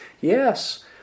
Yes